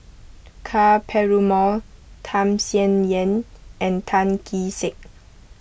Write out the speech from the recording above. Ka Perumal Tham Sien Yen and Tan Kee Sek